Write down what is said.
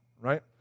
right